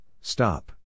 stop